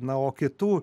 na o kitų